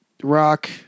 Rock